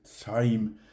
time